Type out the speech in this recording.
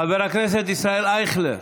חבר הכנסת ישראל אייכלר,